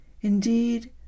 Indeed